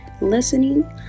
listening